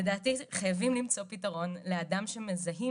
לדעתי חייבים למצוא פתרון לאדם שמזהים